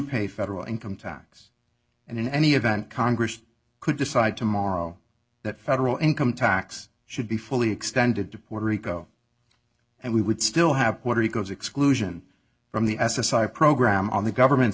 pay federal income tax and in any event congress could decide tomorrow that federal income tax should be fully extended to puerto rico and we would still have puerto rico's exclusion from the s s i program on the government's